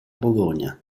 bologna